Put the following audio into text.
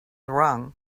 wrong